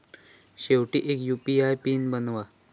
शेवटी एक UPI pin बनवा